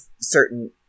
certain